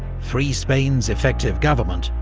free spain's effective government,